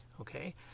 Okay